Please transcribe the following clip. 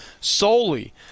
solely